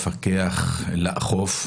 לפקח ולאכוף.